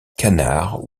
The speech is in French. canards